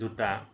দুটা